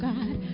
God